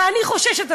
ואני חוששת.